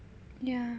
ya